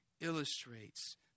illustrates